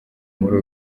muri